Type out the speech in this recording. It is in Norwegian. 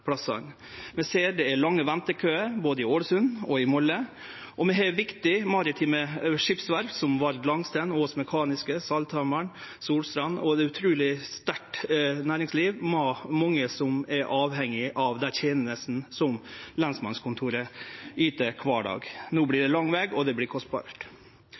plassane. Vi ser at det er lange ventekøar både i Ålesund og i Molde. Vi har viktige maritime skipsverft som Vard Langsten, Aas Mek. Verkstad, Salthammer og Solstrand – det er eit utruleg sterkt næringsliv, og det er mange som er avhengige av dei tenestene som lensmannskontoret yter kvar dag. No vert det lang veg, og det